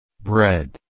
Bread